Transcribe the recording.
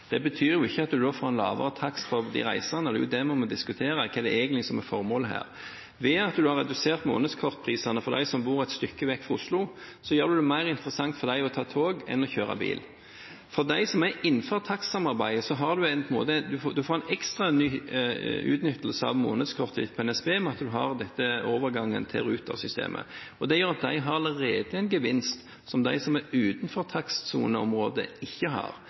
Det betyr jo ikke at man får en lavere takst for de reisende. Det er det vi må diskutere, hva det egentlig er som er formålet her. Ved at man har redusert månedskortprisene for dem som bor et stykke vekk fra Oslo, gjør man det mer interessant for dem å ta tog enn å kjøre bil. For dem som er innenfor takstsamarbeidet, har man en ekstrautnyttelse av månedskortet på NSB ved at man har denne overgangen til Ruter-systemet. Det gjør at de allerede har en gevinst som de som er utenfor takstsoneområdet, ikke har.